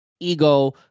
Ego